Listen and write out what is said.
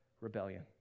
rebellion